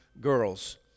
girls